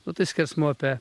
nu tai skersmuo apie